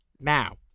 now